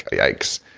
ah yikes.